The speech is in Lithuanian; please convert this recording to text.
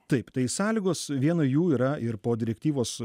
taip tai sąlygos viena jų yra ir po direktyvos